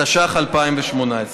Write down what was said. התשע"ח 2018,